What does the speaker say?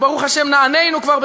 וברוך השם נענינו כבר,